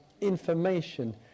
information